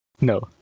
no